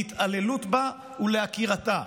להתעללות בה ולעקירתה".